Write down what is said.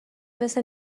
مثل